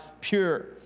pure